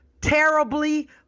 terribly